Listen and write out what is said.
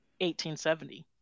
1870